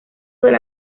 del